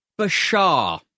Bashar